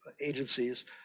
agencies